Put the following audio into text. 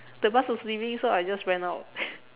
the bus was leaving so I just went out